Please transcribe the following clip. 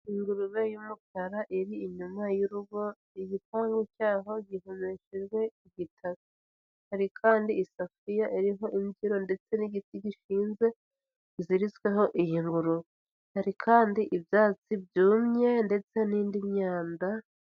Ingurube y'umukara iri inyuma y'urugo, igipanpu cyaho gihomesheje igitaka, hari kandi isafuriya iriho imbyiro ndetse n'igiti gishinze kiritsweho iyi ngurube, hari kandi ibyatsi byumye ndetse n'indi myanda.